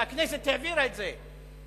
והכנסת העבירה את זה,